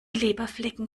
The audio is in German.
leberflecken